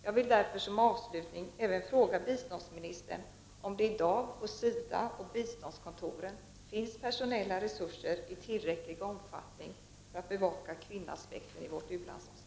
Jag vill därför som avslutning även fråga biståndsministern om det i dag på SIDA och på biståndskontoren finns personella resurser i tillräcklig omfattning för att bevaka kvinnoaspekten i Sveriges u-landsbistånd.